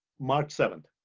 march seven,